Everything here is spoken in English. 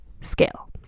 scale